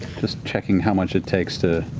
just checking how much it takes to.